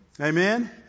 Amen